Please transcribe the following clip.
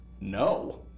No